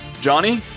Johnny